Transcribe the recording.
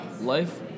life